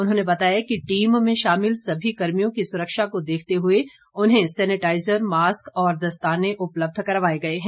उन्होंने बताया कि टीम में शामिल सभी कर्मियों की सुरक्षा को देखते हुए उन्हें सैनेटाईजर मास्क और दस्ताने उलब्ध करवाये गए हैं